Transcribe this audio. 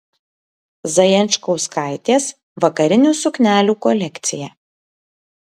zajančkauskaitės vakarinių suknelių kolekcija